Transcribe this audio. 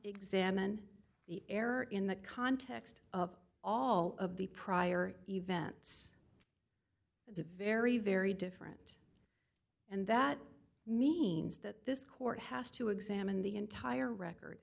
examine the error in the context of all of the prior events it's a very very different and that means that this court has to examine the entire record